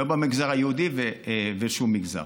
לא במגזר היהודי ובשום מגזר.